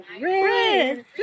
red